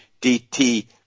DT